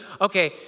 okay